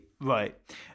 right